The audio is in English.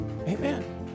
Amen